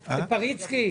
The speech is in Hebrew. פריצקי,